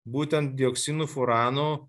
būtent dioksinų furanų